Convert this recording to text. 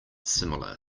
similar